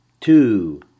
two